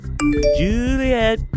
Juliet